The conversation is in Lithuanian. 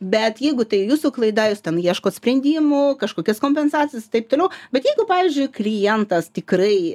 bet jeigu tai jūsų klaida jūs ten ieškot sprendimų kažkokias kompensacijas taip toliau bet jeigu pavyzdžiui klientas tikrai